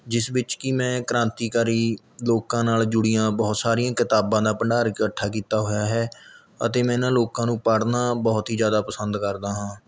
ਜਿਸ ਵਿੱਚ ਕਿ ਮੈਂ ਕ੍ਰਾਂਤੀਕਾਰੀ ਲੋਕਾਂ ਨਾਲ ਜੁੜੀਆਂ ਬਹੁਤ ਸਾਰੀਆਂ ਕਿਤਾਬਾਂ ਦਾ ਭੰਡਾਰ ਇਕੱਠਾ ਕੀਤਾ ਹੋਇਆ ਹੈ ਅਤੇ ਮੈਂ ਇਹਨਾਂ ਲੋਕਾਂ ਨੂੰ ਪੜ੍ਹਨਾ ਬਹੁਤ ਹੀ ਜ਼ਿਆਦਾ ਪਸੰਦ ਕਰਦਾ ਹਾਂ